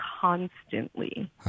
constantly